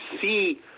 see